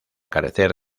carecer